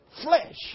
Flesh